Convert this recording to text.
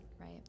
Right